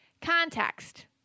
Context